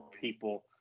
people